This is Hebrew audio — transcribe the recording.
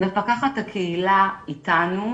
מפקחת הקהילה איתנו,